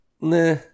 Nah